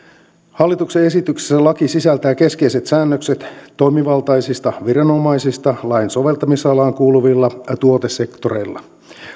hallituksen esityksessä laki sisältää keskeiset säännökset toimivaltaisista viranomaisista lain soveltamisalaan kuuluvilla tuotesektoreilla